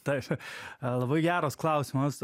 tai aišku labai geras klausimas